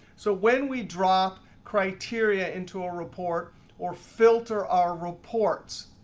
so when we drop criteria into a report or filter our reports,